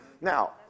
Now